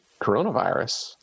coronavirus